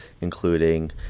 including